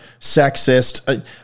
sexist